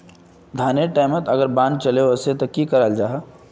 धानेर टैमोत अगर बान चले वसे ते की कराल जहा?